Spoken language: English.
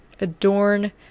adorn